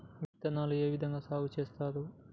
విత్తనాలు ఏ విధంగా సాగు చేస్తారు?